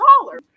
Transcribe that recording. taller